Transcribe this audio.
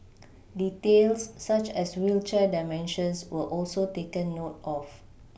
details such as wheelchair dimensions were also taken note of